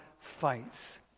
fights